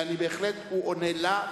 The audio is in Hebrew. ובהחלט הוא עונה לה,